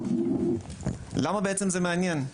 למה בעצם זה מעניין?